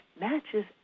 matches